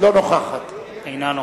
אינה נוכחת.